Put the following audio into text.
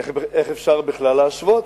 איך אפשר בכלל להשוות?